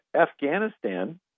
Afghanistan